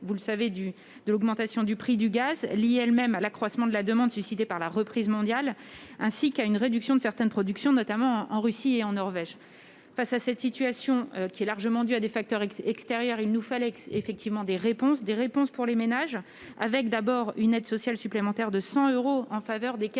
hausse du fait de l'augmentation du prix du gaz liée à l'accroissement de la demande suscitée par la reprise mondiale ainsi qu'à une réduction de certaines productions, notamment en Russie et en Norvège. Face à cette situation largement due à des facteurs extérieurs, il nous fallait effectivement des réponses pour les ménages. Ainsi, une aide sociale supplémentaire de 100 euros en faveur des quelque